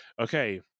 okay